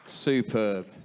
Superb